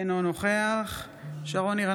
אינו נוכח שרון ניר,